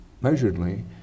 measuredly